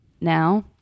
Now